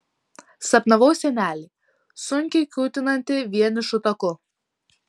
sapnavau senelį sunkiai kiūtinantį vienišu taku